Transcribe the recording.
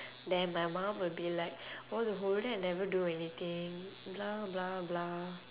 then my mum will be like oh the whole day I never do anything blah blah blah